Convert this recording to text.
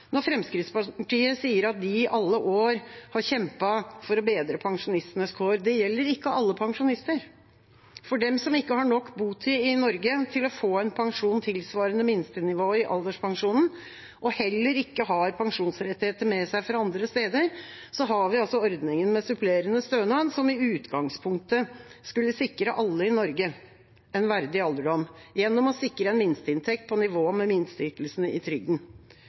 når Fremskrittspartiet sier at de i alle år har kjempet for å bedre pensjonistenes kår. Det gjelder ikke alle pensjonister. For dem som ikke har nok botid i Norge til å få en pensjon tilsvarende minstenivået i alderspensjonen, og heller ikke har pensjonsrettigheter med seg fra andre steder, har vi ordningen med supplerende stønad, som i utgangspunktet skulle sikre alle i Norge en verdig alderdom gjennom å sikre en minsteinntekt på nivå med minsteytelsene i trygden.